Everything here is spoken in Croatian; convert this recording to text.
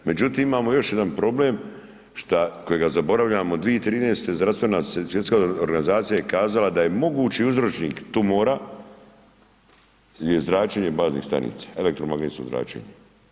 Međutim, imao još jedan problem, šta, kojega zaboravljamo 2013. zdravstvena svjetska organizacija je kazala da je mogući uzročnik tumora jel je zračenje baznih stanica, elektromagnetsko zračenje.